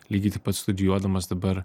lygiai taip pat studijuodamas dabar